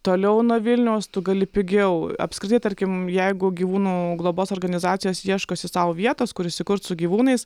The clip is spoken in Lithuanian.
toliau nuo vilniaus tu gali pigiau apskritai tarkim jeigu gyvūnų globos organizacijos ieškosi sau vietos kur įsikurt su gyvūnais